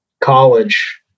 college